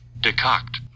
Decocked